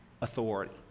authority